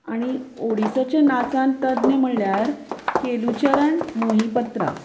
आणी ओडिशाच्याे नाचान तज्ञ म्हणल्यार केलुचरण मोहीपत्रा